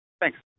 Thanks